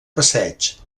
passeig